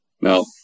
Now